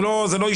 זה לא אישי.